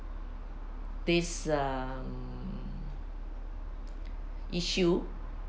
this uh issue